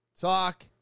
talk